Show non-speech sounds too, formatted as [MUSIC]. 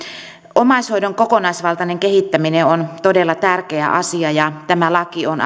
omaishoidon kokonaisvaltainen kehittäminen on todella tärkeä asia ja tämä laki on [UNINTELLIGIBLE]